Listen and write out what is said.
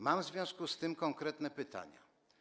Mam w związku z tym konkretne pytania.